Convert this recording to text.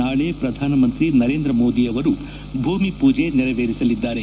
ನಾಳೆ ಪ್ರಧಾನಮಂತ್ರಿ ನರೇಂದ್ರ ಮೋದಿ ಅವರು ಭೂಮಿ ಪೂಜೆಯನ್ನು ನೆರವೇರಿಸಲಿದ್ದಾರೆ